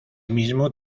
mismo